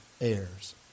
heirs